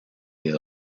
les